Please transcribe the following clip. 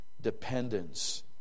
dependence